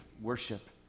worship